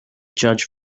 judge